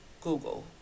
Google